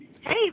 Hey